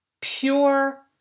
pure